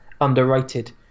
underrated